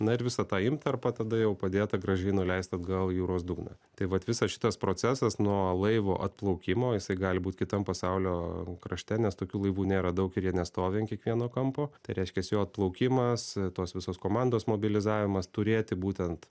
na ir visą tą intarpą tada jau padėtą gražiai nuleist atgal į jūros dugną tai vat visas šitas procesas nuo laivo atplaukimo jisai gali būt kitam pasaulio krašte nes tokių laivų nėra daug ir jie nestovi ant kiekvieno kampo tai reiškias jo atplaukimas tos visos komandos mobilizavimas turėti būtent